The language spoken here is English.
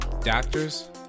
Doctors